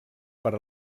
per